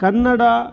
Kannada